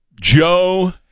Joe